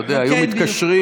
אתה יודע, היו מתקשרים